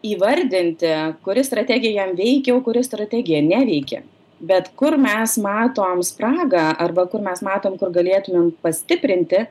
įvardinti kuri strategija jam veikia o kuri strategija neveikia bet kur mes matom spragą arba kur mes matom kur galėtumėm pastiprinti